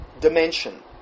dimension